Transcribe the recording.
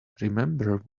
remember